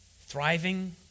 thriving